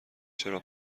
چرا